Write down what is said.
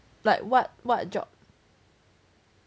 but what what job